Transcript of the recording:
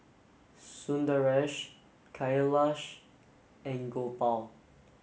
Sundaresh Kailash and Gopal